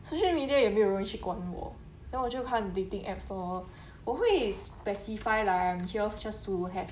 social media 也没有人去管我 then 我就看 dating apps lor 我会 specify lah I am here just to